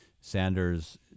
Sanders